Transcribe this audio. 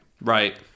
Right